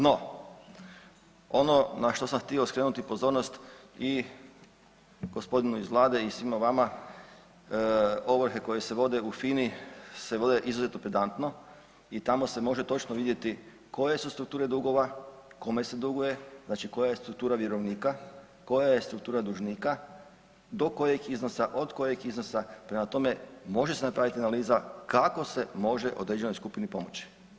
No, ono na što sam htio skrenuti pozornost i gospodinu iz Vlade i svima vama, ovrhe koje se vode u FINA-i se vode izuzetno pedantno i tamo se može točno vidjeti koje su strukture dugova, kome se duguje, znači koja je struktura vjerovnika, koja je struktura dužnika, do kojeg iznosa, od kojeg iznosa, prema tome, može se napraviti analiza kako se može određenoj skupini pomoći.